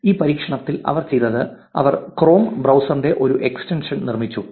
ഈ പരീക്ഷണത്തിൽ അവർ ചെയ്തത് അവർ ക്രോം ബ്രൌസറിന്റെ ഒരു എക്സ്റ്റൻഷൻ നിർമ്മിച്ചു